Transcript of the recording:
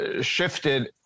shifted